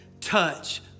touch